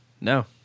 no